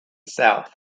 south